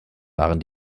waren